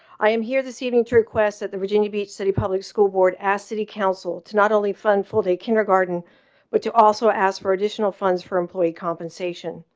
i am here this evening to request that the virginia beach city public school board ask city council to not only fun full day kindergarten but to also ask for additional funds for employee compensation,